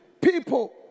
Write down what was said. people